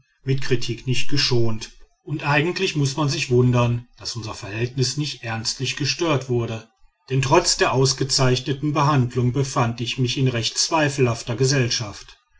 mit kritik nicht geschont und eigentlich muß man sich wundern daß unser verhältnis nicht ernstlich gestört wurde denn trotz der ausgezeichneten behandlung befand ich mich in recht zweifelhafter gesellschaft